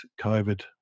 COVID